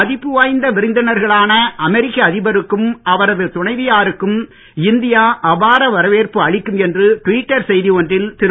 மதிப்பு வாய்ந்த விருந்தினர்களான அமெரிக்க அதிபருக்கும் அவரது துணைவியாருக்கும் இந்தியா அபார வரவேற்பு அளிக்கும் என்று டுவிட்டர் செய்தி ஒன்றில் திரு